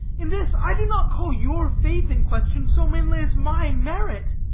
in this i do not call your faith in question so mainly as my merit.